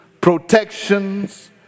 protections